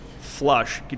flush